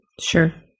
Sure